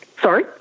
Sorry